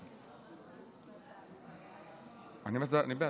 אני בעד,